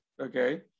okay